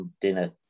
dinner